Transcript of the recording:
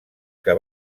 que